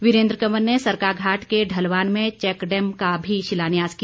वीरेन्द्र कंवर ने सरकाघाट के ढलवान में चैक डैम का भी शिलान्यास किया